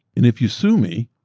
and aif you sue me,